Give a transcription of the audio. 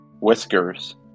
Whiskers